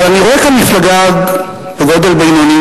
אבל אני רואה כאן מפלגה בגודל בינוני,